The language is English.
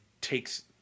takes